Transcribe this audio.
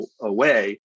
away